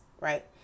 right